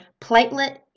Platelet